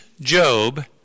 Job